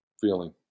feeling